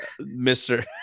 Mr